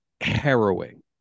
harrowing